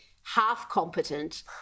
half-competent